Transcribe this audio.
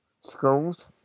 schools